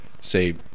say